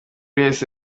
wese